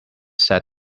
said